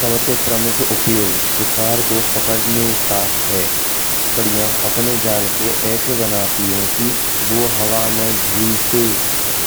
सबसे प्रमुख उपयोग शिकार को पकड़ने का है। मकड़िया अपने जाल को ऐसे बनाती है कि वह हवा में झूलते